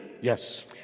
Yes